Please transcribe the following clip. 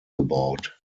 gebaut